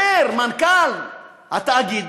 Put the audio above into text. אומר מנכ"ל התאגיד,